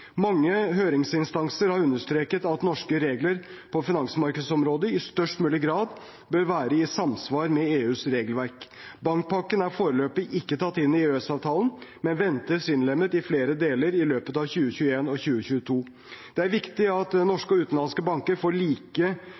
størst mulig grad bør være i samsvar med EUs regelverk. Bankpakken er foreløpig ikke tatt inn i EØS-avtalen, men ventes innlemmet i flere deler i løpet av 2021 og 2022. Det er viktig at norske og utenlandske banker får